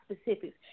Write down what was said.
specifics